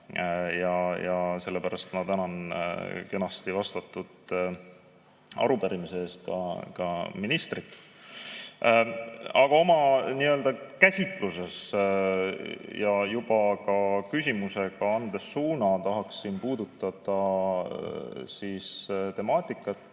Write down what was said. Ja sellepärast ma tänan kenasti vastatud arupärimise eest ka ministrit. Aga oma käsitluses, juba oma küsimusega andsin suuna, ma tahaksin puudutada sõjalise